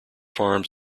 farms